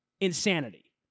Insanity